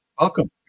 welcome